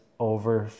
Over